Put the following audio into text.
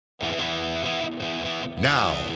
Now